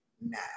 now